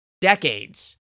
decades